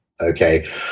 okay